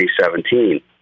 2017